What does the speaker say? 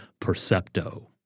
Percepto